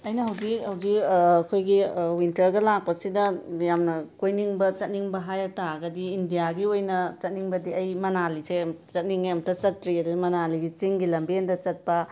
ꯑꯩꯅ ꯍꯧꯖꯤꯛ ꯍꯧꯖꯤꯛ ꯑꯩꯈꯣꯏꯒꯤ ꯋꯤꯟꯇꯔꯒ ꯂꯥꯛꯄꯁꯤꯗ ꯌꯥꯝꯅ ꯀꯣꯏꯅꯤꯡꯕ ꯆꯠꯅꯤꯡꯕ ꯍꯥꯏꯔꯛ ꯇꯥꯔꯒꯗꯤ ꯏꯟꯗ꯭ꯌꯥꯒꯤ ꯑꯣꯏꯅ ꯆꯠꯅꯤꯡꯕꯗꯤ ꯑꯩ ꯃꯅꯥꯂꯤꯠꯁꯦ ꯆꯠꯅꯤꯡꯉꯦ ꯑꯃꯨꯛꯇ ꯆꯠꯇ꯭ꯔꯤꯌꯦ ꯑꯗꯨꯗ ꯃꯅꯥꯂꯤꯒꯤ ꯆꯤꯡꯒꯤ ꯂꯝꯕꯦꯟꯗ ꯆꯠꯄ